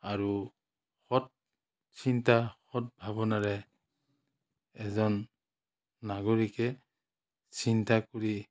আৰু সৎ চিন্তা সৎ ভাৱনাৰে এজন নাগৰিকে চিন্তা কৰি